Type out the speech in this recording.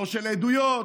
לא של עדויות.